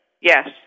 Yes